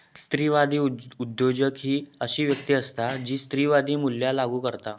स्त्रीवादी उद्योजक ही अशी व्यक्ती असता जी स्त्रीवादी मूल्या लागू करता